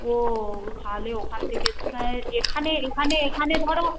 ও তাহলে ওখান থেকে এখানে এখানে এখানে ধরো